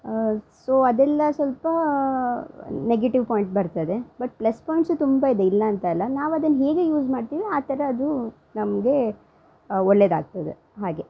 so ಅದೆಲ್ಲ ಸ್ವಲ್ಪ negative point ಬರ್ತದೆ ಬಟ್ ಪ್ಲಸ್ ಪಾಯಿಂಟ್ಸು ತುಂಬ ಇದೆ ಇಲ್ಲ ಅಂತ ಅಲ್ಲ ನಾವು ಅದನ್ನು ಹೇಗೆ ಯೂಸ್ ಮಾಡ್ತಿವಿ ಆ ಥರ ಅದು ನಮಗೆ ಒಳ್ಳೆದಾಗ್ತದೆ ಹಾಗೆ